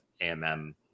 amm